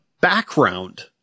background